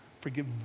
Forgive